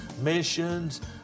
missions